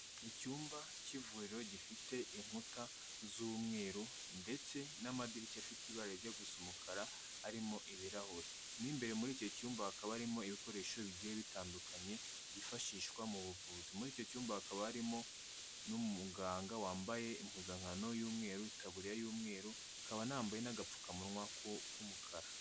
Icyumba cy'ivuriro gifite inkuta z'umweru ndetse n'amadirishya afite ibara rijya gu gusa umukara arimo ibirahure. Mo imbere muri icyo cyumba hakaba harimo ibikoresho bigiye bitandukanye byifashishwa mu buvuzi. Muri icyo cyumba hakaba harimo n'umuganga wambaye impuzankano y'umweru, itaburiya y'umweru, akaba anambaye n'agapfukamunwa k'umukara.